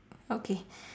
okay